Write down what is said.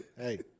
Hey